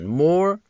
more